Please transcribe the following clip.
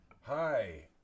hi